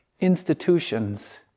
institutions